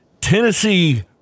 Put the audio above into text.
Tennessee